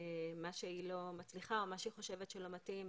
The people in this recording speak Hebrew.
מה שהיא חושבת שהוא לא מתאים,